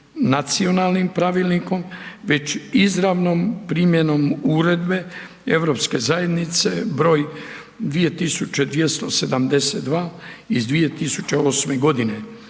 nacionalnim Pravilnikom, već izravnom primjenom Uredbe Europske zajednice br. 2272/2008